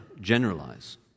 generalize